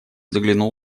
заглянул